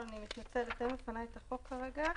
אין לפניי את החוק כרגע.